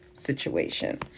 Situation